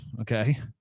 Okay